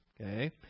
okay